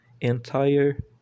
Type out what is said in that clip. entire